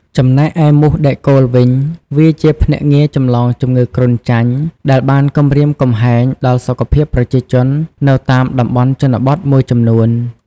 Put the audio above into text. ចំណែកឯមូសដែកគោលវិញ វាជាភ្នាក់ងារចម្លងជំងឺគ្រុនចាញ់ដែលបានគំរាមកំហែងដល់សុខភាពប្រជាជននៅតាមតំបន់ជនបទមួយចំនួន។